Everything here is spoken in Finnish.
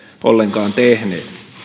ollenkaan tehneet